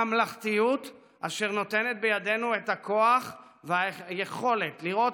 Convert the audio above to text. הממלכתיות היא אשר נותנת בידנו את הכוח והיכולת לראות